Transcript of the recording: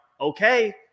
okay